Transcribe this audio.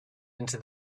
into